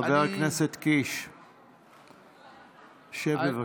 חבר הכנסת קיש, שב, בבקשה.